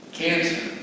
cancer